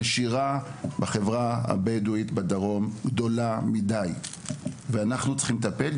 הנשירה בחברה הבדואית בדרום גדולה מידי אנחנו צריכים לטפל בזה.